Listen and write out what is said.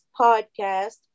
podcast